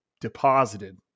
deposited